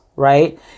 right